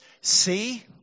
see